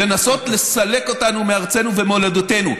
לנסות לסלק אותנו מארצנו ומולדתנו.